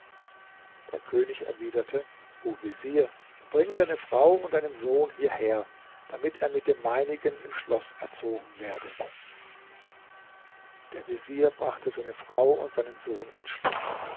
der könig erwiderte o vezier bringe deine frau und deinen sohn hierher damit er mit dem meinigen im schloß erzogen werde der vezier brachte seine frau und seinen sohn ins schloß